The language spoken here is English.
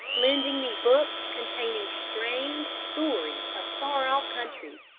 lending me books containing strange stories of far-off countries,